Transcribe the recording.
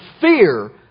fear